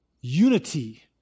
Unity